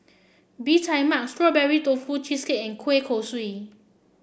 Bee Tai Mak Strawberry Tofu Cheesecake and Kueh Kosui